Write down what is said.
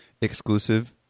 exclusive